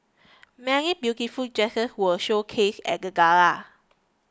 many beautiful dresses were showcased at the gala